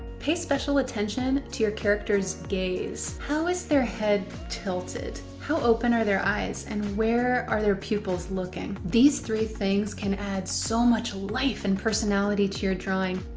pay special attention to your character's gaze. how is their head tilted? how open are their eyes, and where are their pupils looking? these three things can add so much life and personality to your drawing!